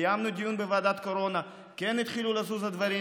קיימנו דיון בוועדת קורונה, התחילו לזוז דברים.